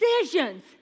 decisions